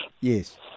Yes